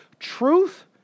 truth